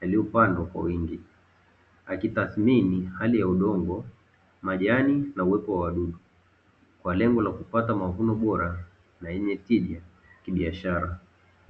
yaliyopandwa kwa wingi, akitathimini hali ya udongo majani na uwepo wa wadudu kwa lengo la kupata mavuno bora na yenye tija kibiashara.